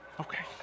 okay